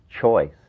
choice